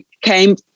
came